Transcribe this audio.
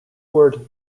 word